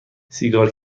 سیگار